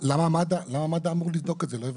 למה מד"א אמור לבדוק את זה, לא הבנתי?